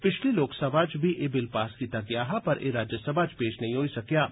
पिछली लोकसभा च बी एह् बिल पास कीता गेआ हा पर एह् राज्यसभा च पेश नेई होई सकेआ हा